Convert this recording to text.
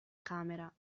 camera